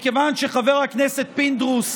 מכיוון שחבר הכנסת פינדרוס